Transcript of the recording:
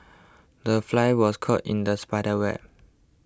the fly was caught in the spider's web